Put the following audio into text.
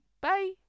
Bye